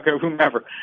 whomever